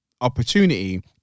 opportunity